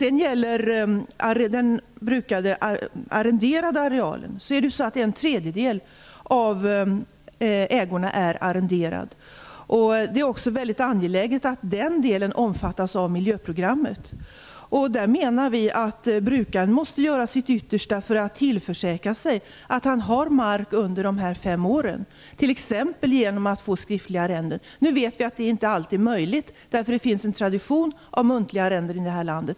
En tredjedel av ägorna är arrenderade. Det är också väldigt angeläget att också den delen omfattas av miljöprogrammet. Brukaren måste göra sitt yttersta för att försäkra sig om att han har mark under de fem åren, t.ex. genom att få till stånd skriftliga arrenden. Nu vet vi att det inte alltid är möjligt därför att det finns en tradition av muntliga arrenden i det här landet.